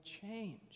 change